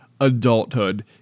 adulthood